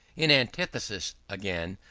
in antithesis, again,